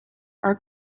are